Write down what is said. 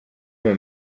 med